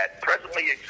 presently